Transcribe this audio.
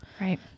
Right